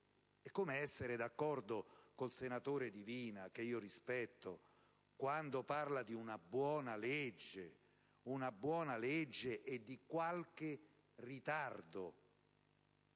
E come essere d'accordo con il senatore Divina - che io rispetto - quando parla di una buona legge e di qualche ritardo?